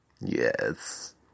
Yes